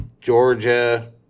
Georgia